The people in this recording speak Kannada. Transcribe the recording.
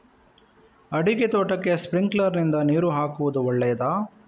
ಅಡಿಕೆ ತೋಟಕ್ಕೆ ಸ್ಪ್ರಿಂಕ್ಲರ್ ನಿಂದ ನೀರು ಹಾಕುವುದು ಒಳ್ಳೆಯದ?